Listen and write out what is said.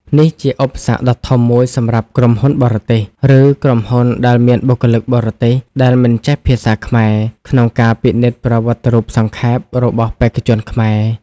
នេះជាឧបសគ្គដ៏ធំមួយសម្រាប់ក្រុមហ៊ុនបរទេស ឬក្រុមហ៊ុនដែលមានបុគ្គលិកបរទេសដែលមិនចេះភាសាខ្មែរ ក្នុងការពិនិត្យប្រវត្តិរូបសង្ខេប របស់បេក្ខជនខ្មែរ។